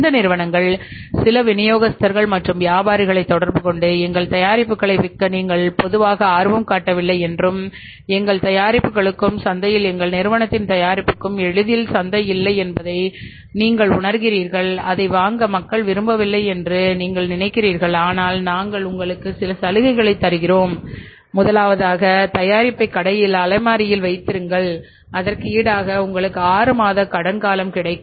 இந்த நிறுவனங்கள் சில விநியோகஸ்தர்கள் மற்றும் வியாபாரிகளை தொடர்பு கொண்டு எங்கள் தயாரிப்புகளை விற்க நீங்கள் பொதுவாக ஆர்வம் காட்டவில்லை என்றும் எங்கள் தயாரிப்புகளுக்கும் சந்தையில் எங்கள் நிறுவனத்தின் தயாரிப்புக்கும் எளிதில் சந்தைஇல்லை என்பதை நீங்கள் உணர்கிறீர்கள் அதை வாங்க மக்கள் விரும்பவில்லை என்று நீங்கள் நினைக்கிறீர்கள் ஆனால் நாங்கள் உங்களுக்கு சில சலுகைகளைத் தருவோம் நம்பர் 1 தயாரிப்பை கடையில் அலமாரியில் வைத்திருங்கள் அதற்கு ஈடாக உங்களுக்கு 6 மாத கடன் காலம் கிடைக்கும்